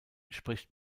spricht